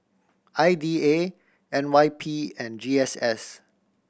I D A N Y P and G S S